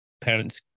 parents